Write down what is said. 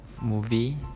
movie